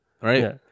Right